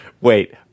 Wait